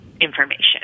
information